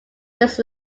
this